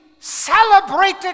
celebrated